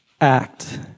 act